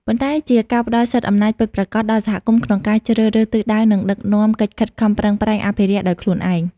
ប៉ុន្តែជាការផ្ដល់សិទ្ធិអំណាចពិតប្រាកដដល់សហគមន៍ក្នុងការជ្រើសរើសទិសដៅ និងដឹកនាំកិច្ចខិតខំប្រឹងប្រែងអភិរក្សដោយខ្លួនឯង។